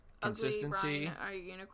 Consistency